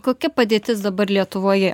kokia padėtis dabar lietuvoje